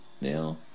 Now